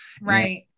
Right